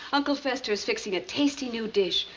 uncle fester's fixing a tasty new dish.